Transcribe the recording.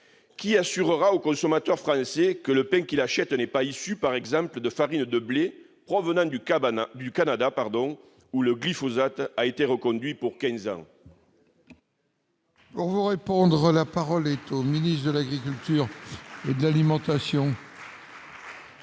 qui assurera au consommateur français que le pain qu'il achète n'est pas issu de farine de blé provenant du Canada, où le glyphosate a été reconduit pour quinze ans ?